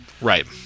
Right